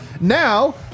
Now